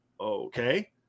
Okay